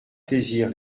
plaisir